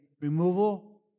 removal